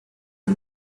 and